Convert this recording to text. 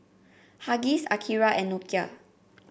Huggies Akira and Nokia